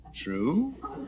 True